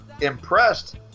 impressed